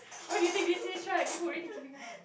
what do you think this is right people already giving us